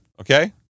okay